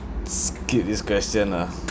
s~ skip this question lah